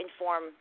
inform